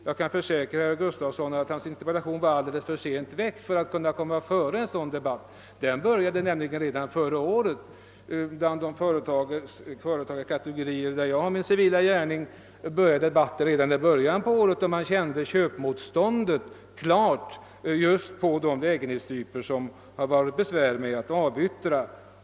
Jag kan försäkra herr Gustafsson att hans interpellation var alldeles för sent väckt för att kunna förekomma debatten utanför riksdagen, ty den senare började redan förra året. Inom de företagarkategorier där jag har min civila gärning började debatten redan i början av förra året i och med att man började känna ett tydligt köpmotstånd när det gällde just de lägenhetstyper som nu är besvärliga att avyttra.